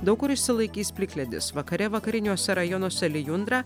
daug kur išsilaikys plikledis vakare vakariniuose rajonuose lijundra